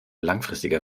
langfristiger